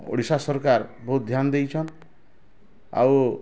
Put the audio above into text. ଓଡ଼ିଶା ସରକାର୍ ବହୁତ ଧ୍ୟାନ୍ ଦେଇଛନ୍ ଆଉ